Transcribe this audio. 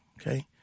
okay